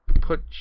put